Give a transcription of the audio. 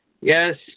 Yes